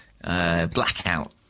blackout